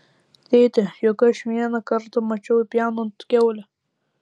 tėte juk aš vieną kartą mačiau pjaunant kiaulę